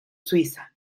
suiza